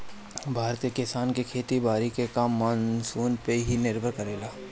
भारत के किसान के खेती बारी के काम मानसून पे ही निर्भर करेला